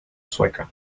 sueca